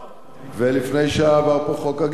ולפני שעה עבר פה חוק הגמלאות,